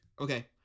Okay